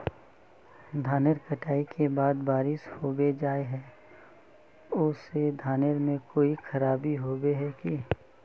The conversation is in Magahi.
धानेर कटाई के बाद बारिश होबे जाए है ओ से धानेर में कोई खराबी होबे है की?